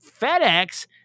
FedEx